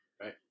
Right